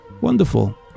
Wonderful